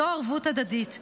זו ערבות הדדית.